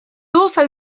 also